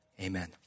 Amen